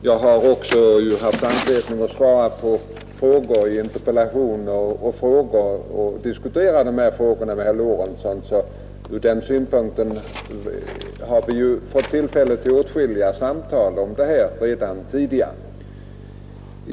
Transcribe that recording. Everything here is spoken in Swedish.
Jag har också haft anledning att i samband med svar på interpellationer och frågor diskutera med herr Lorentzon, så ur den synpunkten har vi ju haft tillfälle till åtskilliga samtal om det här problemet redan tidigare.